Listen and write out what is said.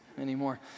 anymore